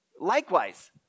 Likewise